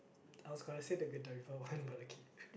I was gonna say the